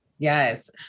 Yes